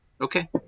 Okay